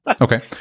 Okay